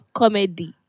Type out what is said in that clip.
comedy